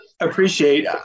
appreciate